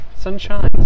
sunshine